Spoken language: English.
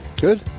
Good